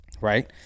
Right